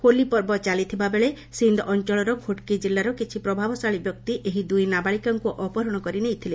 ହୋଲି ପର୍ବ ଚାଲିଥିବା ବେଳେ ସିନ୍ଧ୍ ଅଞ୍ଚଳର ଘୋଟ୍କି ଜିଲ୍ଲାର କିଛି ପ୍ରଭାବଶାଳୀ ବ୍ୟକ୍ତି ଏହି ଦୁଇ ନାବାଳିକାଙ୍କୁ ଅପହରଣ କରି ନେଇଥିଲେ